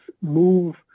move